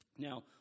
Now